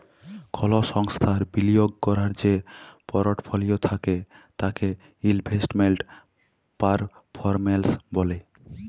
call সংস্থার বিলিয়গ ক্যরার যে পরটফলিও থ্যাকে তাকে ইলভেস্টমেল্ট পারফরম্যালস ব্যলে